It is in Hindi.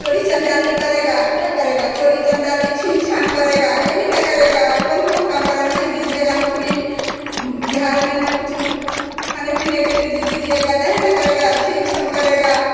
चोरी चंडाली करेगा क्या करेगा चोरी चांड़ली छीन छान करेगा यहीं ना करेगा और कौन कौन काम करेगा नहीं दीजिएगा नौकरी बिहार में ना कुछ खाने पीने के लिए दे दीजिएगा तो यही ना करेगा छीन छन करेगा